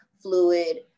fluid